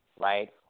right